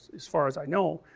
as far as i know